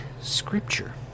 Scripture